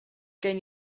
gen